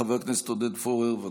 חבר הכנסת עודד פורר, בבקשה.